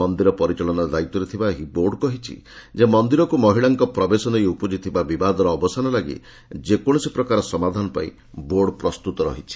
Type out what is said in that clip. ମନ୍ଦିର ପରିଚାଳନା ଦାୟିତ୍ୱରେ ଥିବା ଏହି ବୋର୍ଡ କହିଛି ଯେ ମନ୍ଦିରକୁ ମହିଳାଙ୍କ ପ୍ରବେଶ ନେଇ ଉପୁଜିଥିବା ବିବାଦର ଅବସାନ ଲାଗି ଯେକୌଣସି ପ୍ରକାର ସମାଧାନ ପାଇଁ ବୋର୍ଡ ପ୍ରସ୍ତୁତ ରହିଛି